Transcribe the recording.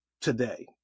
today